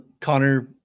Connor